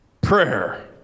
prayer